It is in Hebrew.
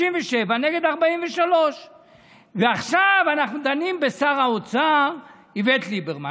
57 נגד 43. ועכשיו אנחנו דנים בשר האוצר איווט ליברמן,